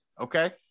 okay